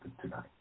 tonight